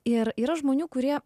ir yra žmonių kurie